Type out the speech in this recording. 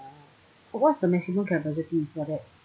what's the maximum capacity for that